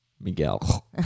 Miguel